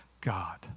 God